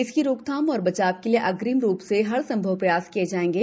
इसकी रोकथाम और बचाव के लिए अग्रिम रूप से हर संभव उपाय किए जाएंगे